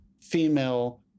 female